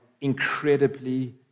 incredibly